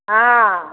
हाँ